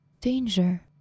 Danger